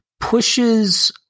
pushes